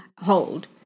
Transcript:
hold